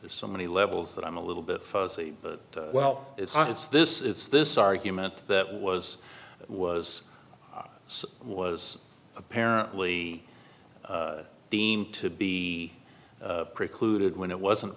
there's so many levels that i'm a little bit fuzzy but well it's not it's this is this argument that was was so was apparently deemed to be precluded when it wasn't